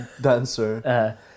dancer